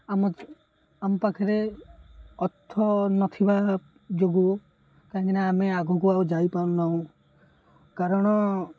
ଆମ ଆମ ପାଖରେ ଅର୍ଥ ନଥିବା ଯୋଗୁଁ କାହିଁକିନା ଆମେ ଆଗକୁ ଆଉ ଯାଇପାରୁନାହୁଁ କାରଣ